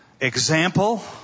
example